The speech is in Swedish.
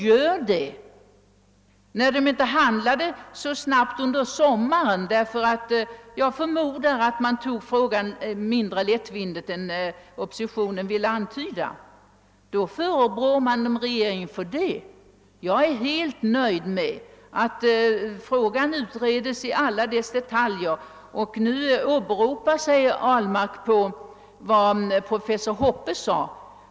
När nu regeringen inte handlat så snabbt under sommaren — förmodligen därför att regeringen tog frågan mindre lättvindigt än oppositionen ville påstå — förebrår man regeringen för det. Jag för min del är helt nöjd med att frågan utreds i alla detaljer. Herr Ahlmark åberopar vad professor Hoppe skrev.